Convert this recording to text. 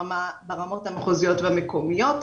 ברמות המחוזיות והמקומיות.